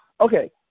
Okay